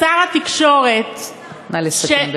שר התקשורת, נא לסיים.